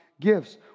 gifts